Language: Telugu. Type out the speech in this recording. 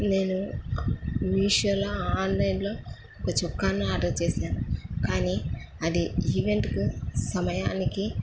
నేను మీషోలో ఆన్లైన్లో ఒక చొక్కాను ఆర్డర్ చేశాను కానీ అది ఈవెంట్కు సమయానికి